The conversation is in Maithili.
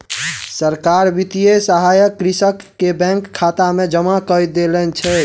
सरकार वित्तीय सहायता कृषक के बैंक खाता में जमा कय देने छै